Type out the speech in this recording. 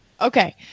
Okay